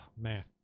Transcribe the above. man